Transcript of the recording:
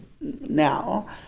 now